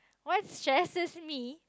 what stresses me